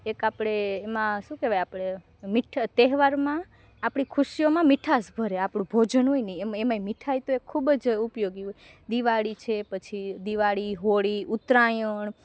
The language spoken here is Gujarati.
એક આપણે એમાં શું કહેવાય આપડે તહેવારમાં આપણી ખુશીઓમાં મીઠાશ ભરે આપણું ભોજન હોયને એ એમાંય મીઠાઈ તો ખૂબ જ ઉપયોગી હોય દિવાળી છે પછી દિવાળી હોળી ઉત્તરાયણ